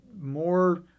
more